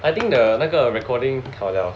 I think the 那个 recording 了